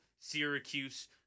Syracuse